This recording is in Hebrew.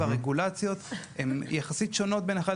והרגולציות הן יחסית שונות בין האחד